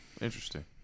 interesting